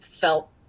felt